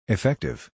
Effective